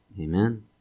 Amen